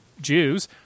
Jews